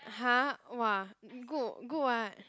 !huh! !wah! good good [what]